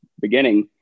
beginning